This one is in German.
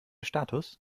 status